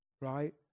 right